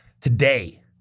Today